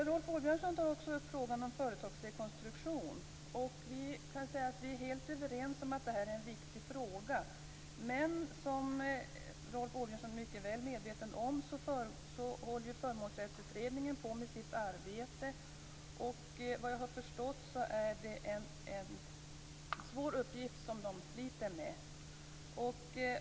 Rolf Åbjörnsson tar upp frågan om företagsrekonstruktion. Vi är helt överens om att det är en viktig fråga. Men som Rolf Åbjörnsson är mycket väl medveten om håller Förmånsrättsutredningen på med sitt arbete. Såvitt jag har förstått är det en svår uppgift som den sliter med.